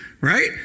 Right